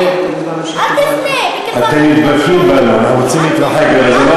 הם לא רוצים להפריע לך, אז תתרחק